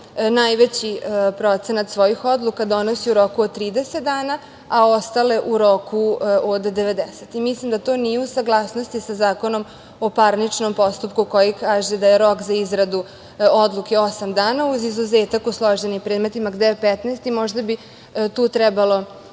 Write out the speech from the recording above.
najveći procenat svojih odluka donosi u roku od 30 dana, a ostale u roku od 90. Mislim da to nije u saglasnosti sa Zakonom o parničnom postupku koji kaže da je rok za izradu odluke osam dana, uz izuzetak u složenim predmetima gde je 15, možda bi tu trebalo